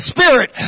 Spirit